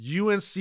UNC